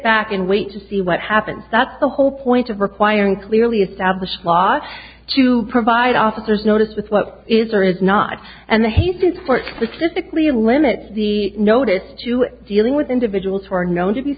back and wait to see what happens that's the whole point of requiring clearly established law to provide officers notice with what is or is not and the hate to support for typically limits the notice to dealing with individuals who are known to be